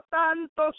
tanto